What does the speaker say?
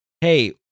hey